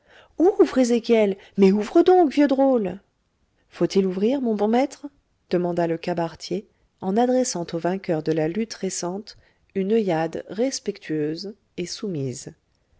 ouvre ezéchiel mais ouvre donc vieux drôle faut-il ouvrir mon bon maître demanda le cabaretier en adressant au vainqueur de la lutte récente une oeillade respectueuse et soumise